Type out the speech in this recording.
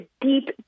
deep